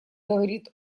говорит